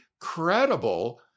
credible